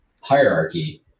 hierarchy